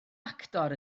actor